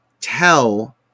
tell